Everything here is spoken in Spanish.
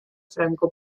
franco